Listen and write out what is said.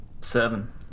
seven